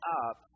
up